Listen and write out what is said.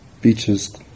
beaches